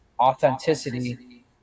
authenticity